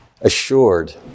assured